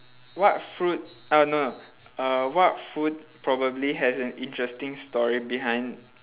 what fruit uh no no uh what food probably has an interesting story behind